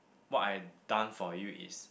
what I done for you is